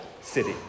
city